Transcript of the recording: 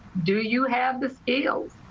do you have the skills,